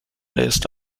list